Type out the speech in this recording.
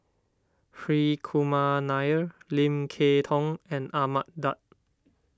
Hri Kumar Nair Lim Kay Tong and Ahmad Daud